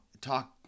talk